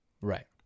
Right